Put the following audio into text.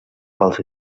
pels